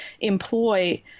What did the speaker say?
employ